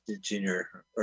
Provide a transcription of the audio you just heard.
junior